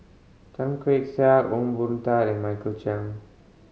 Tan Keong Saik Ong Boon Tat and Michael Chiang